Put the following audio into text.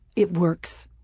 it works.